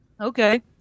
Okay